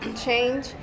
change